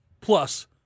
plus